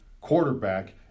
quarterback